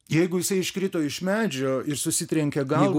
jeigu jisai iškrito iš medžio ir susitrenkė galvą